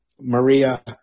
maria